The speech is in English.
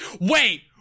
Wait